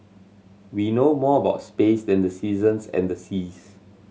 we know more about space than the seasons and the seas